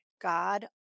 God